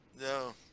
No